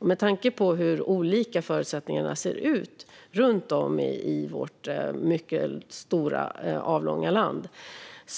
Jag tänker på hur olika förutsättningarna ser ut runt om i vårt mycket avlånga land.